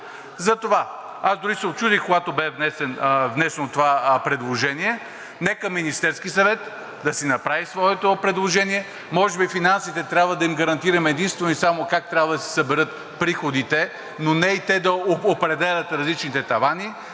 Затова – аз дори се учудих, когато бе внесено това предложение, нека Министерският съвет да си направи своето предложение. Може би на Финансите трябва да им гарантираме единствено и само как трябва да си съберат приходите, но не и те да определят различните тавани.